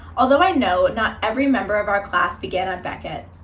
although i know not every member of our class began on beckett,